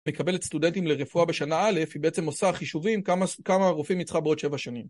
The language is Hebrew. מקבלת סטודנטים לרפואה בשנה א', היא בעצם עושה חישובים כמה רופאים היא צריכה בעוד שבע שנים.